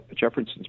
Jefferson's